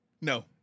No